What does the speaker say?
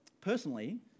Personally